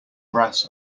brass